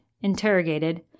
interrogated